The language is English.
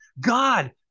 God